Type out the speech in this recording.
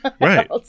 Right